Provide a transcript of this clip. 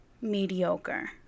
mediocre